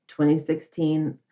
2016